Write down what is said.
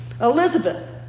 Elizabeth